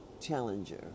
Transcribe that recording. challenger